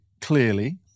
clearly